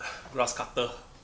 grass cutter